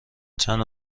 چند